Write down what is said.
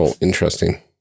Interesting